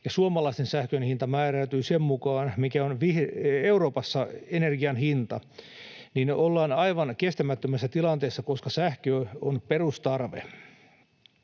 suomalaisten sähkön hinta määräytyy sen mukaan, mikä on Euroopassa energian hinta, niin me olemme aivan kestämättömässä tilanteessa, koska sähkö on perustarve.